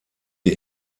die